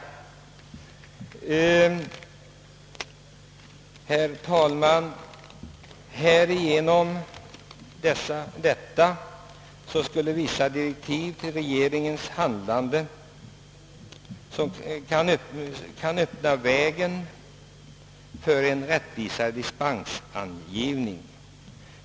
Herr talman! Härigenom ger vi vissa direktiv för regeringens handlande som kan öppna vägen för en rättvisare dispensgivning.